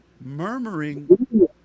Murmuring